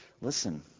Listen